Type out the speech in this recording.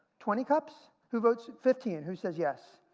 twenty cups? who votes fifteen? who says yes?